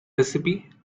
recipe